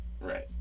Right